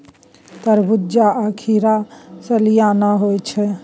तरबूज्जा आ खीरा सलियाना होइ छै